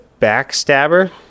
Backstabber